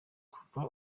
kuva